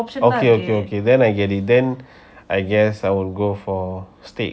okay okay okay then I get it then I guessed I will go for steak